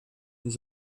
his